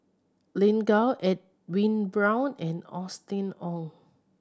Lin Gao Edwin Brown and Austen Ong